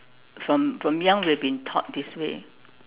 from from young we have been taught this way